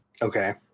Okay